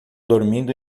dormindo